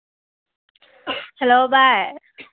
hello ꯚꯥꯏ